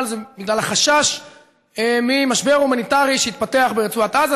היא בגלל החשש ממשבר הומניטרי שיתפתח ברצועת עזה,